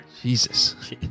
Jesus